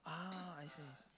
ah I see